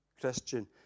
Christian